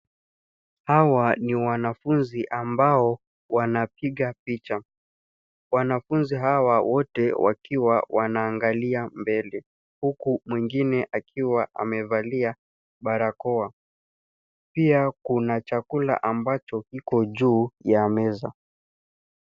Hawa ni wanafunzi ambao wanapiga picha. Wanafunzi hawa wote wakiwa wanaangalia mbele, huku mwingine akiwa amevalia barakoa. Pia kuna chakula ambacho kiko juu ya meza.